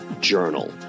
Journal